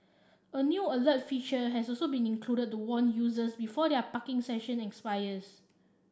a new alert feature has so been included to warn users before their parking session expires